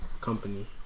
company